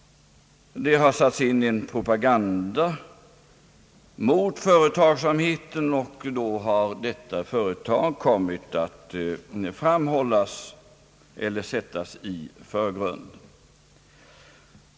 Det har satts in en propaganda mot företagsamheten, och då har detta företag kommit att sättas i förgrunden.